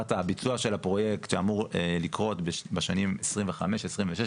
לקראת הביצוע של הפרויקט שאמור לקרות בשנים 25' ו-26',